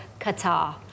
Qatar